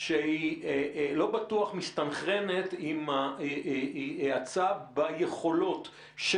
שהיא לא בטוח מסתנכרנת עם הצו ביכולות של